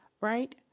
right